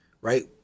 right